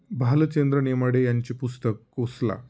भालचंद्र नेमाडे यांचे पुस्तक कोसला